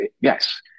yes